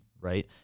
right